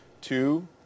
Two